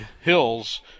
hills